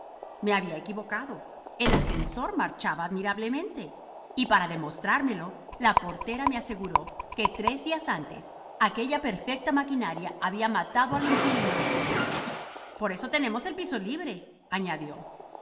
me había equivocado el ascensor marchaba admirablemente y para demostrármelo la portera me aseguró que tres días antes aquella perfecta maquinaria había matado al inquilino del tercero por eso tenemos el piso